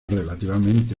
relativamente